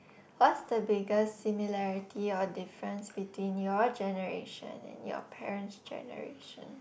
what's the biggest similarity or difference between your generation and your parent's generation